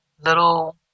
Little